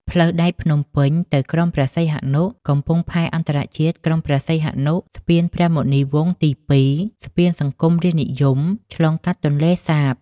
ផ្លូវដែកភ្នំពេញ ទៅក្រុងព្រះសីហនុ, កំពង់ផែអន្តរជាតិក្រុងព្រះសីហនុ, ស្ពានព្រះមុនីវង្សទី២, ស្ពាន "សង្គមរាស្ត្រនិយម" ឆ្លងកាត់ទន្លេសាប។